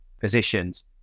positions